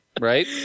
Right